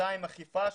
שנית, אכיפה.